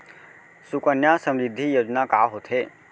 सुकन्या समृद्धि योजना का होथे